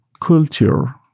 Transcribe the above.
culture